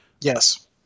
Yes